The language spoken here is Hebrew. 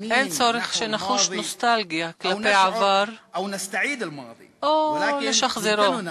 אין צורך שנחוש נוסטלגיה כלפי העבר או נשחזרו,